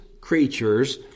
creatures